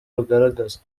rugaragaza